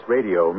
Radio